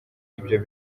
ibyo